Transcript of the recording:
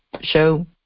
show